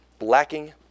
lacking